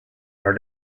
are